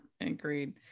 agreed